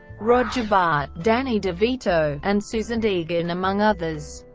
roger bart, danny devito, and susan egan among others.